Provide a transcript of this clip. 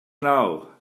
now